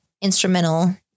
instrumental